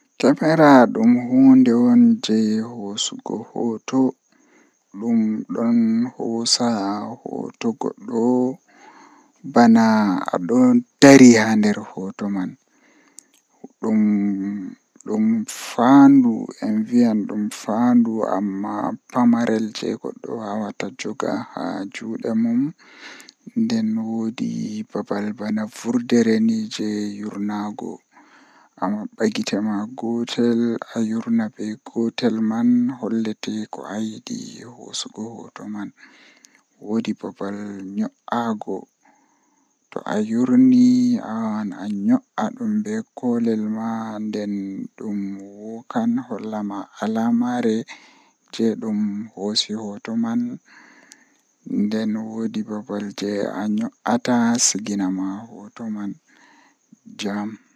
Asaweere jei mi yidi kanjum woni asaweere jei siwtaare mi siwtaa haa nder iyaalu am daa am be baaba am be debbo am be derdiraabe am.